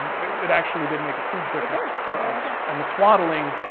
but it actually did make a huge difference for us, and the swaddling,